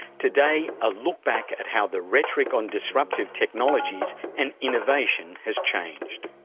today, a look back at how the rhetoric on disruptive technologies and innovation has changed.